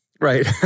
Right